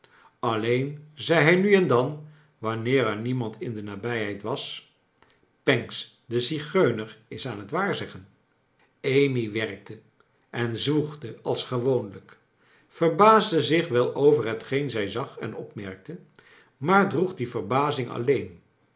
alleen zei hij nu en dan wanneer er niemand in de nabijheid was pancks de zigeuner is aan t waarzeggen amy werkte en zwoegde als gewoonlijk verbaasde zich w r el over hetgeen zij zag en opmerkte maar droeg die verbazing alleen